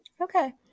okay